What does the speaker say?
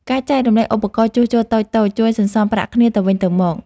ការចែករំលែកឧបករណ៍ជួសជុលតូចៗជួយសន្សំប្រាក់គ្នាទៅវិញទៅមក។